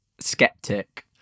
skeptic